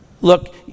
Look